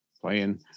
playing